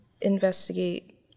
investigate